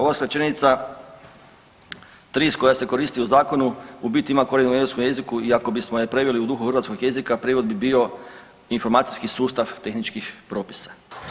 Ova skraćenica TRIS koja se koristi u zakonu u biti ima korijen u engleskom jeziku i ako bismo je preveli u duhu hrvatskog jezika prijevod bi bio informacijski sustav tehničkih propisa.